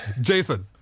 Jason